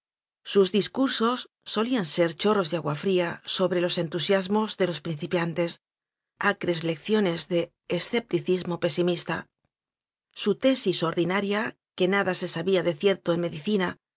sus discursos solían ser chorros de agua fría sobre los entusiasmos de los prin cipiantes acres lecciones de escepticismo pe simista su tesis ordinaria que nada se sa bía de cierto en medicina